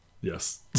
Yes